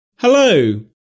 Hello